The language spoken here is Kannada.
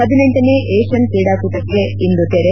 ಹದಿನೆಂಟನೇ ಏಷ್ಣನ್ ಕ್ರೀಡಾಕೂಟಕ್ಕೆ ಇಂದು ತೆರೆ